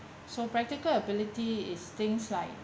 so practical ability is things like